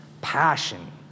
Passion